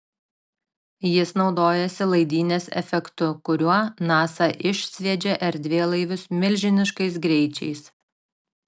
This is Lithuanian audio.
jis naudojasi laidynės efektu kuriuo nasa išsviedžia erdvėlaivius milžiniškais greičiais